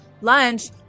lunch